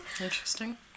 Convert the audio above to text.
Interesting